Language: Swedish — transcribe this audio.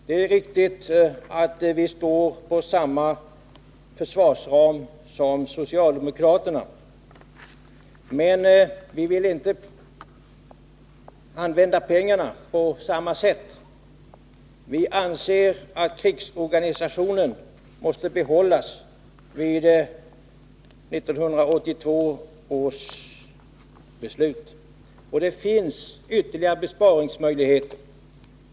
Det är riktigt att vi står för samma försvarsram som socialdemokraterna, men vi önskar inte använda pengarna på samma sätt. Vi anser att krigsorganisationen måste bibehållas enligt 1982 års beslut. Och det finns ytterligare besparingsmöjligheter.